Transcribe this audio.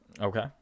Okay